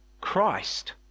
Christ